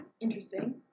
Interesting